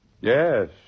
Yes